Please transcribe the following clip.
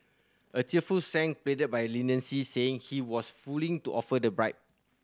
a tearful Sang pleaded by leniency saying he was fooling to offer the bribe